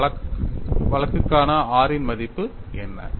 இந்த வழக்குக்கான r இன் மதிப்பு என்ன